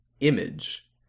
image